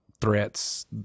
threats